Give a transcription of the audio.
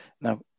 Now